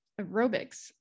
aerobics